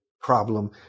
problem